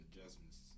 adjustments